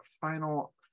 final